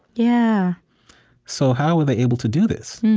yeah so how were they able to do this?